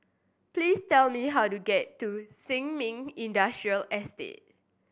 please tell me how to get to Sin Ming Industrial Estate